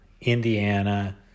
Indiana